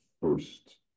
first